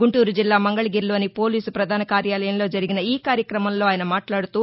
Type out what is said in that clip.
గుంటూరుజిల్లా మంగళగిరిలోని పోలీసు ప్రధాన కార్యాలయంలో జరిగిన ఈ కార్యక్రంలో ఆయన మాట్లాడుతూ